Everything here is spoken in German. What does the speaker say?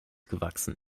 gewachsen